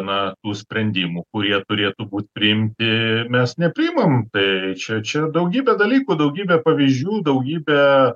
na tų sprendimų kurie turėtų būti priimti mes nepriimam tai čia čia daugybė dalykų daugybė pavyzdžių daugybė